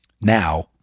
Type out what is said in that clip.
now